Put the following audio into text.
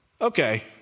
okay